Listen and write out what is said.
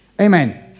Amen